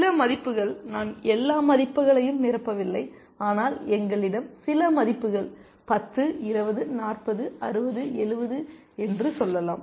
சில மதிப்புகள் நான் எல்லா மதிப்புகளையும் நிரப்பவில்லை ஆனால் எங்களிடம் சில மதிப்புகள் 10 20 40 60 70 என்று சொல்லலாம்